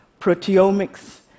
proteomics